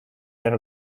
der